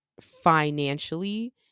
Financially